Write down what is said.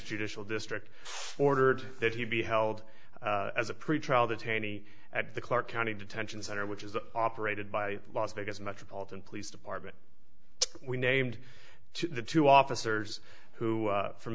judicial district ordered that he be held as a pretrial the taney at the clark county detention center which is operated by las vegas metropolitan police department we named the two officers who